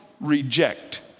reject